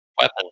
weapon